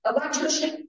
Electrician